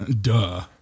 Duh